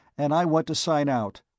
and i want to sign out.